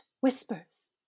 whispers